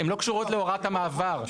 הן לא קשורות להוראת המעבר.